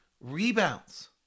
rebounds